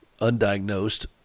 undiagnosed